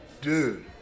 Dude